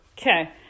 Okay